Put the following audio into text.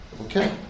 Okay